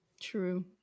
True